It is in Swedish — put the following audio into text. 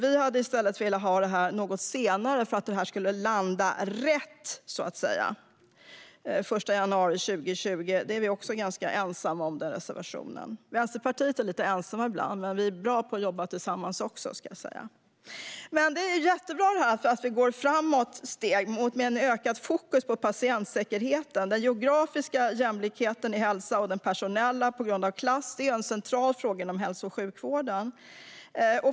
Vi hade velat ha det något senare, den 1 januari 2020, för att det ska landa rätt. Den reservationen är vi också ganska ensamma om - vi i Vänsterpartiet är lite ensamma ibland. Men vi är bra på att jobba tillsammans också. Det är jättebra att vi tar steg framåt och har ett ökat fokus på patientsäkerheten. Den geografiska jämlikheten i hälsa och den personella jämlikheten på grund av klass är en central fråga inom hälso och sjukvården.